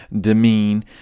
demean